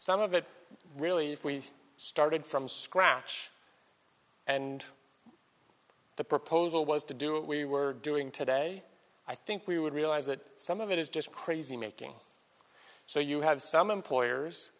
some of it really we started from scratch and the proposal was to do it we were doing today i think we would realize that some of it is just crazy making so you have some employers